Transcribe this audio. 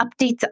updates